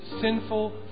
sinful